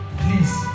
please